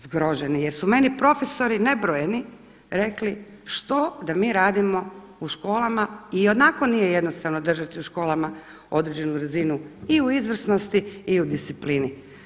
Zgroženi jer su meni profesori nebrojeni rekli:“ Što da mi radimo u školama ionako nije jednostavno držati u školama određenu razinu i u izvrsnosti i u disciplini?